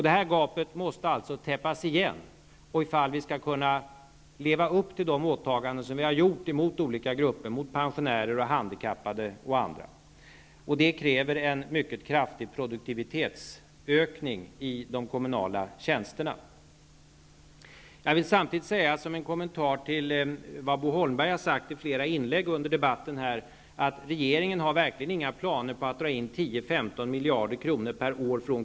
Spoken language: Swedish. Det här gapet måste täppas igen ifall vi skall kunna leva upp till de åtaganden vi har gjort gentemot olika grupper, gentemot pensionärer, handikappade och andra, och det kräver en mycket kraftig produktivitetsökning i de kommunala tjänsterna. Som en kommentar till vad Bo Holmberg har sagt i flera inlägg i debatten vill jag säga att regeringen verkligen inte har några planer på att från kommunerna dra in 10--15 miljarder kronor per år.